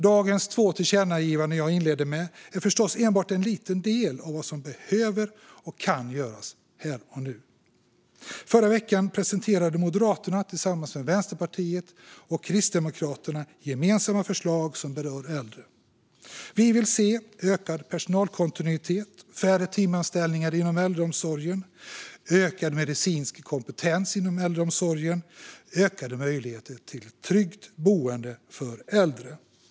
Dagens två tillkännagivanden är förstås enbart en liten del av vad som både behöver och kan göras här och nu. Förra veckan presenterade Moderaterna tillsammans med Vänsterpartiet och Kristdemokraterna gemensamma förslag som berör äldre. Vi vill se ökad personalkontinuitet, färre timanställningar inom äldreomsorgen, ökad medicinsk kompetens inom äldreomsorgen och ökade möjligheter till tryggt boende för äldre.